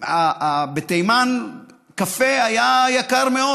בתימן קפה היה יקר מאוד.